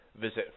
Visit